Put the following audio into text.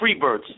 Freebirds